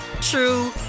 true